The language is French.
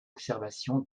observation